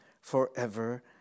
forever